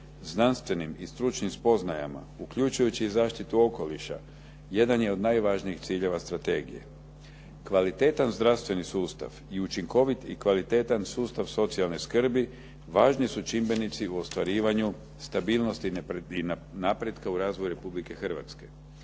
znanstvenim i stručnim spoznajama, uključujući i zaštitu okoliša, jedan je od najvažnijih ciljeva strategije. Kvalitetan zdravstveni sustav i učinkovit i kvalitetan sustav socijalne skrbi važni su čimbenici u ostvarivanju stabilnosti i napretka u razvoju Republike Hrvatske.